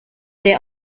der